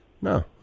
No